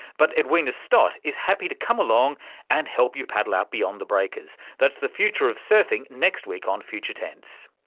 but edwina stott is happy to come along and help you paddle out beyond the breakers. that's the future of surfing, next week on future tense.